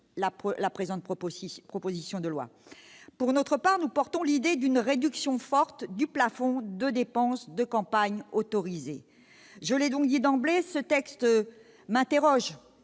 la présente proposition de loi. Notre groupe, quant à lui, porte l'idée d'une réduction forte du plafond de dépenses de campagne autorisé. Je l'ai donc dit d'emblée, ce texte m'interroge,